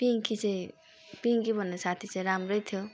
पिङ्कीचाहिँ पिङ्की भन्ने साथीचाहिँ राम्रै थियो